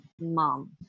mom